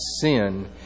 sin